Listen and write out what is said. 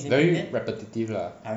very repetitive lah